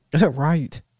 Right